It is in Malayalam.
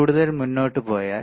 കൂടുതൽ മുന്നോട്ട് പോയാൽ